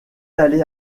d’aller